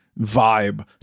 vibe